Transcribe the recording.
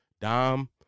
Dom